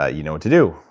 ah you know what to do.